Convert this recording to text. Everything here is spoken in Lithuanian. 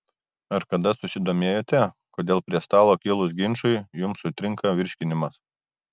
ar kada susidomėjote kodėl prie stalo kilus ginčui jums sutrinka virškinimas